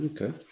okay